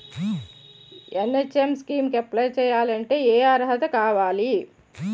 NHM scheme కి apply చేయాలి అంటే ఏ అర్హత కావాలి?